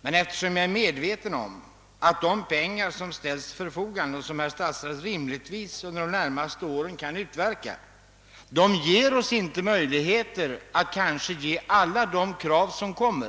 Men eftersom jag är medveten om att de medel, som herr statsrådet under de närmaste åren rimligtvis kan utverka, inte ger oss möjligheter att tillgodose alla de krav som kommer